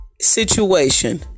Situation